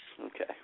Okay